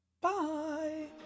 bye